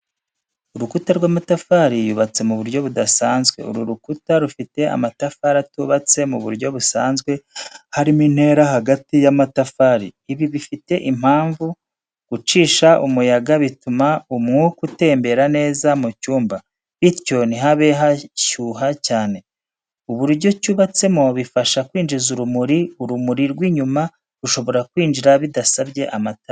Urukuta rw’amatafari yubatse mu buryo budasanzwe uru rukuta rufite amatafari atubatse mu buryo busanzwe harimo intera hagati y’amatafari. Ibi bifite impamvu, gucisha umuyaga bituma umwuka utembera neza mu cyumba, bityo ntihabe hashyuha cyane. Uburyo cyubatse mo bifasha kwinjiza urumuri (light): Urumuri rw’inyuma rushobora kwinjira bidasabye amatara.